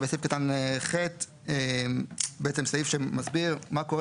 אבל סעיף קטן (ח) בעצם סעיף שמסביר מה קורה